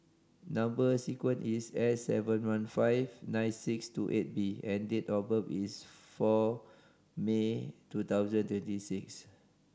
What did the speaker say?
number sequence is S seven one five nine six two eight B and date of birth is four May two thousand twenty six